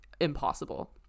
impossible